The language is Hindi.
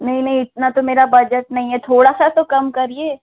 नहीं नहीं इतना तो मेरा बजट नहीं है थोड़ा सा तो काम करिए